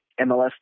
MLS